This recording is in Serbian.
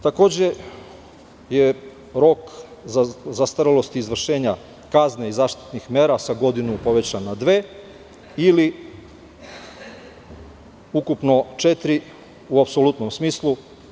Takođe je rok za zastarelost izvršenja kazne i zaštitnih mera sa godinu povećan na dve ili ukupno četiri u apsolutnom smislu.